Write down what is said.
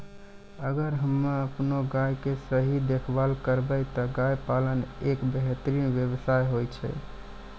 अगर हमॅ आपनो गाय के सही देखभाल करबै त गाय पालन एक बेहतरीन व्यवसाय होय छै